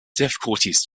difficulties